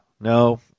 no